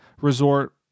resort